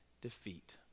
defeat